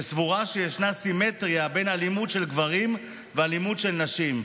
שסבורה שיש סימטריה בין אלימות של גברים ואלימות של נשים,